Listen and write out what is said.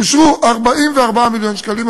אושרו 44 מיליון שקלים.